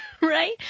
Right